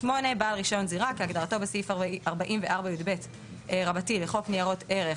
בעל רישיון זירה כהגדרתו בסעיף 44יב לחוק ניירות הערך,